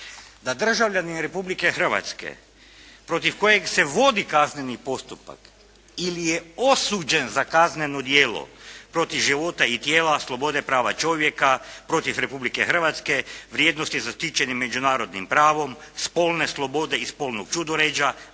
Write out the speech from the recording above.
da državljanin Republike Hrvatske protiv kojeg se vodi kazneni postupak ili je osuđen za kazneno djelo protiv života i tijela, slobode prava čovjeka, protiv Republike Hrvatske, vrijednosti zaštićene međunarodnim pravom, spolne slobode i spolnog čudoređa,